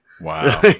Wow